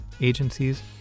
agencies